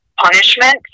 punishment